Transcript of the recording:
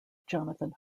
jonathan